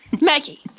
Maggie